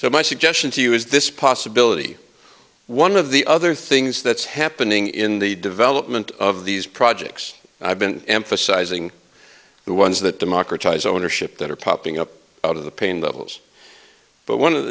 so my suggestion to you is this possibility one of the other things that's happening in the development of these projects i've been emphasizing the ones that democratize ownership that are popping up out of the pain levels but one of the